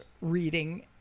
reading